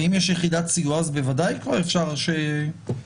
ואם יש יחידת סיוע, אז בוודאי כבר אפשר לקדם.